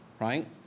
right